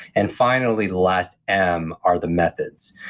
and finally, last m are the methods,